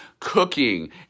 cooking